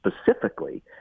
specifically